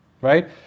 right